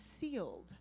sealed